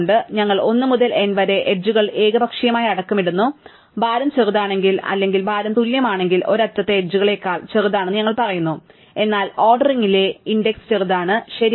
അതിനാൽ ഞങ്ങൾ 1 മുതൽ n വരെ എഡ്ജുകൾ ഏകപക്ഷീയമായി അക്കമിടുന്നു ഭാരം ചെറുതാണെങ്കിൽ അല്ലെങ്കിൽ ഭാരം തുല്യമാണെങ്കിൽ ഒരു അറ്റത്ത് എഡ്ജുകളേക്കാൾ ചെറുതാണെന്ന് ഞങ്ങൾ പറയുന്നു എന്നാൽ ഓർഡറിംഗിലെ ഇൻഡക്സ് ചെറുതാണ് ശരിയാണ്